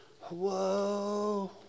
Whoa